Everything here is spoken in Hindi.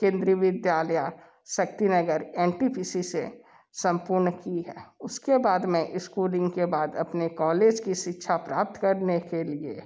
केंद्रीय Vidyalaya Shaktinagar N T P C से संपूर्ण की है उसके बाद मैं स्कूलिंग के बाद अपने कॉलेज की शिक्षा प्राप्त करने के लिए